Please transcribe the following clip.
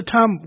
Tom